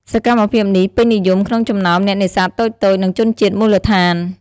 សកម្មភាពនេះពេញនិយមក្នុងចំណោមអ្នកនេសាទតូចៗ និងជនជាតិមូលដ្ឋាន។